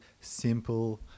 simple